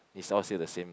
it's all still the same